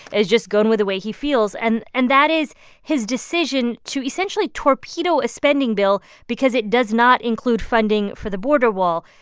has just gone with the way he feels, and and that is his decision to essentially torpedo a spending bill because it does not include funding for the border wall.